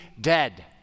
dead